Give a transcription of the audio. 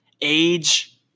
age